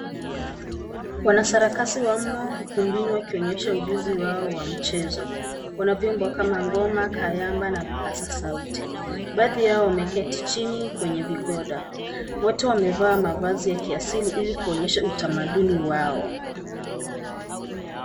Wanasarakasi wamo ukumbini wakionyesha ujuzi wao wa mchezo. Wana vyombo kama ngoma, kayamba na vipasa sauti. Baadhi yao wameketi chini kwenye vigoda. Wote wamevaa mavazi ya kiasili ili kuonyesha utamaduni wao.